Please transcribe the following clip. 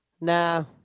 Nah